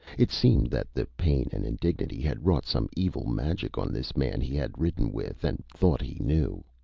it seemed that the pain and indignity had wrought some evil magic on this man he had ridden with, and thought he knew.